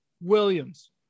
williams